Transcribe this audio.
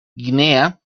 guinea